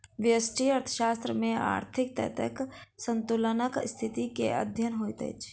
व्यष्टि अर्थशास्त्र में आर्थिक तथ्यक संतुलनक स्थिति के अध्ययन होइत अछि